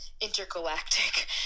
intergalactic